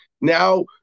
now